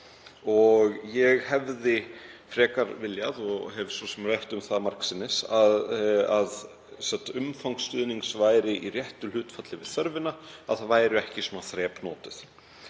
Ég hefði frekar viljað, og hef svo sem rætt um það margsinnis, að umfang stuðnings væri í réttu hlutfalli við þörfina, að svona þrep væru ekki notuð.